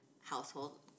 household